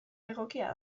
egokia